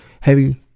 heavy